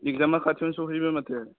एक्जामा खाथियावनो सफैबाय माथो